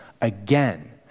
again